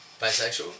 Bisexual